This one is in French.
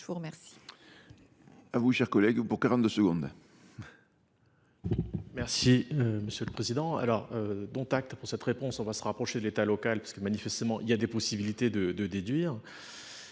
Je vous remercie